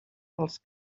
dels